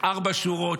ארבע שורות,